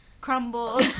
crumbled